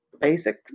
basic